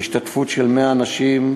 בהשתתפות של 100 אנשים.